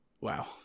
Wow